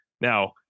Now